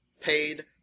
paid